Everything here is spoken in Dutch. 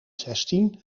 zestien